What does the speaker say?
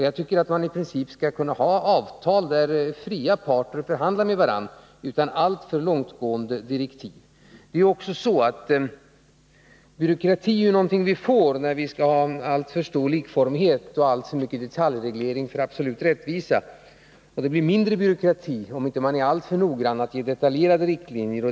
Jag tycker att man i princip skall kunna ha avtal där fria parter förhandlar med varandra utan alltför långtgående direktiv. Det är också så att byråkrati är någonting vi får när vi vill ha alltför stor likformighet och detaljreglerar för att uppnå absolut rättvisa. Det blir mindre byråkrati om man inte har alltför detaljerade riktlinjer.